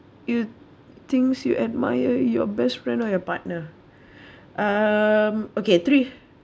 you things you admire your best friend or your partner um okay three